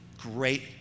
great